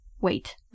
Wait